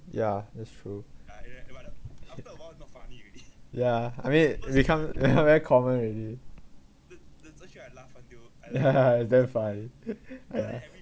yeah that's true yeah I mean it become very common already ya it's damn funny